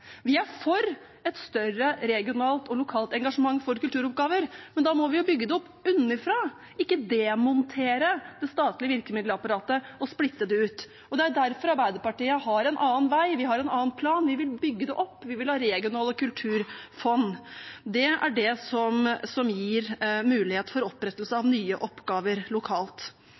Vi er for et større regionalt og lokalt engasjement for kulturoppgaver, men da må vi bygge det opp nedenfra, ikke demontere det statlige virkemiddelapparatet og splitte det opp. Det er derfor Arbeiderpartiet har en annen vei, en annen plan. Vi vil bygge det opp. Vi vil ha regionale kulturfond. Det er det som gir mulighet for opprettelse av nye oppgaver lokalt.